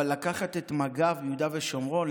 אבל לקחת את מג"ב מיהודה ושומרון,